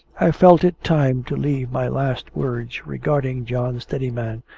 i felt it time to leave my last words regarding john steadiman,